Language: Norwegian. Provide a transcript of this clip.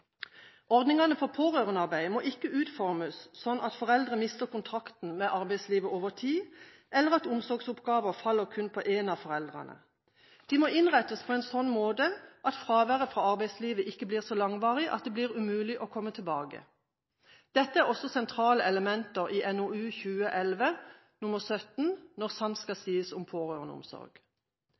Ordningene for pårørendearbeid må ikke utformes slik at foreldre mister kontakten med arbeidslivet over tid, eller slik at omsorgsoppgaver faller kun på én av foreldrene. De må innrettes på en slik måte at fraværet fra arbeidslivet ikke blir så langvarig at det blir umulig å komme tilbake. Dette er også sentrale elementer i NOU 2011:17 Når sant skal sies om